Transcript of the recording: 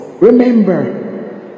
remember